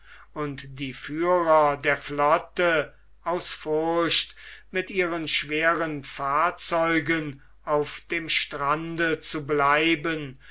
und die führer der flotte aus furcht mit ihren schweren fahrzeugen auf dem strande zu bleiben